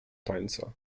tańca